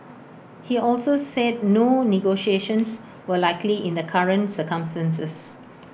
he also said no negotiations were likely in the current circumstances